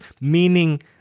meaning